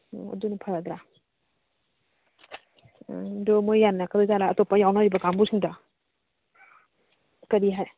ꯑꯣ ꯑꯗꯨꯅ ꯐꯔꯗ꯭ꯔꯥ ꯑ ꯑꯗꯨ ꯃꯣꯏ ꯌꯥꯅꯔꯛꯀꯗꯣꯏꯖꯥꯠꯂꯥ ꯑꯇꯣꯞꯄ ꯌꯥꯎꯅꯔꯤꯕ ꯀꯥꯡꯕꯨꯁꯤꯡꯗ ꯀꯔꯤ ꯍꯥꯏ